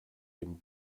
dem